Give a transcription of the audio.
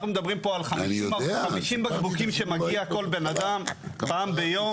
אנחנו מדברים פה על 50 בקבוקים שמגיע כל בן אדם פעם ביום.